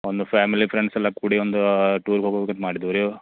ಒಂದು ಫ್ಯಾಮಿಲಿ ಫ್ರೆಂಡ್ಸೆಲ್ಲ ಕೂಡಿ ಒಂದು ಟೂರ್ಗೆ ಹೋಗಬೇಕಂತ ಮಾಡಿದ್ದೀವಿ ರೀ